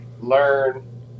learn